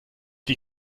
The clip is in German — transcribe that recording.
die